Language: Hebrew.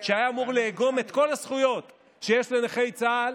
שהיה אמור לאגום את כל הזכויות שיש לנכי צה"ל